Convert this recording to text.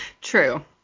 True